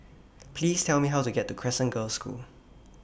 Please Tell Me How to get to Crescent Girls' School